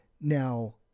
now